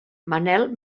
manel